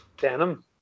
Denim